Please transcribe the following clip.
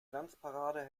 glanzparade